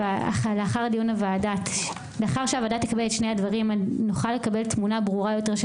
לאחר שהוועדה תקבל את שני הדברים נוכל לקבל תמונה ברורה יותר של